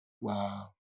Wow